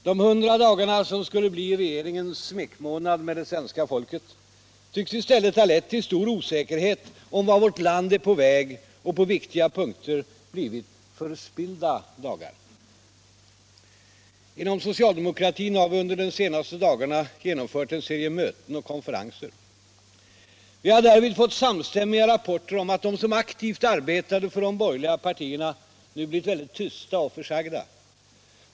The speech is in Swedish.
De 100 dagarna, som skulle bli regeringens smekmånad med det svenska folket, tycks i stället ha lett till stor osäkerhet om vart vårt land är på väg och på viktiga punkter blivit förspillda dagar. Inom socialdemokratin har vi under de senaste dagarna genomfört en serie möten och konferenser. Vi har därvid fått samstämmiga rapporter om att de som aktivt arbetade för de borgerliga partierna nu har blivit tysta och försagda.